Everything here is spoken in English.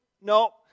no